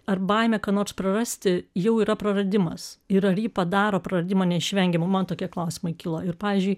ar baimė ką nors prarasti jau yra praradimas ir ar ji padaro praradimą neišvengiamą man tokie klausimai kilo ir pavyzdžiui